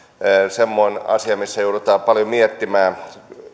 semmoinen asia jota joudutaan paljon miettimään